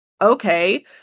okay